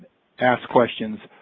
ask questions